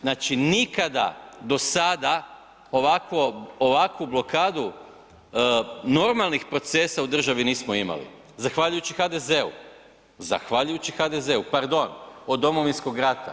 Znači nikada do sada ovakvu blokadu normalnih procesa u državi nismo imali zahvaljujući HDZ-u, zahvaljujući HDZ-u, pardon, od Domovinskog rata.